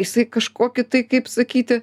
jisai kažkokį tai kaip sakyti